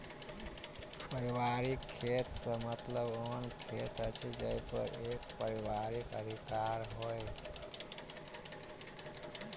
पारिवारिक खेत सॅ मतलब ओहन खेत अछि जाहि पर एक परिवारक अधिकार होय